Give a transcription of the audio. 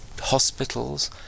hospitals